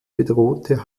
bedrohte